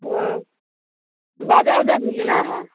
हाँ बाज़ार जाकर लेना है